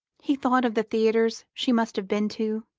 he thought of the theatres she must have been to,